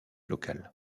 locale